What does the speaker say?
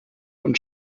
und